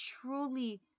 truly